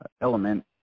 element